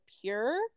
pure